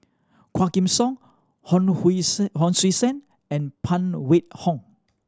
Quah Kim Song Hon Hui Sen Hon Sui Sen and Phan Wait Hong